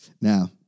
Now